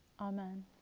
Amen